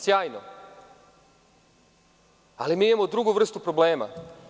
Sjajno, ali mi imamo drugu vrstu problema.